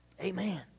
Amen